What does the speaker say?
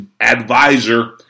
advisor